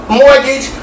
mortgage